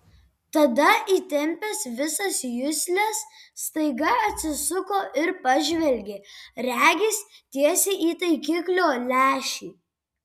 tada įtempęs visas jusles staiga atsisuko ir pažvelgė regis tiesiai į taikiklio lęšį